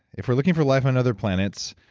if we're looking for life on other planets,